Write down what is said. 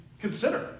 consider